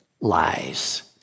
lies